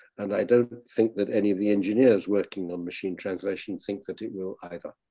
and i don't think that any of the engineers working on machine translation think that it will either.